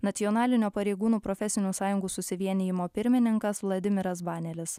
nacionalinio pareigūnų profesinių sąjungų susivienijimo pirmininkas vladimiras banelis